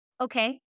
okay